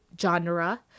genre